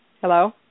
Hello